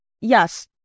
Yes